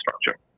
structure